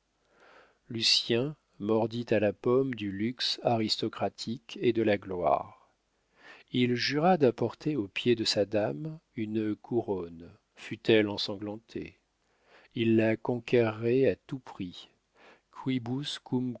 petto lucien mordit à la pomme du luxe aristocratique et de la gloire il jura d'apporter aux pieds de sa dame une couronne fût-elle ensanglantée il la conquerrait à tout prix